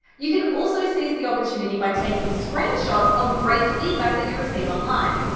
you can also seize the opportunity by taking screenshots of great feedback that you receive online.